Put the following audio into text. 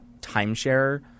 timeshare